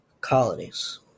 colonies